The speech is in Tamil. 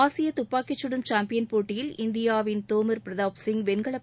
ஆசிய துப்பாக்கிச்சுடும் சாம்பியன் போட்டியில் இந்தியாவின் தோமர் பிரதாப் சிங் வெண்கலப்